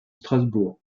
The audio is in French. strasbourg